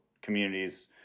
communities